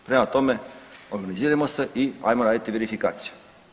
Prema tome, organizirajmo se i hajmo raditi verifikaciju.